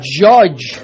judge